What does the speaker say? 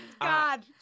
God